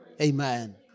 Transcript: Amen